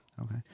Okay